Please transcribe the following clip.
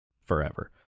forever